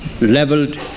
leveled